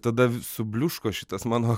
tada subliuško šitas mano